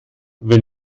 wenn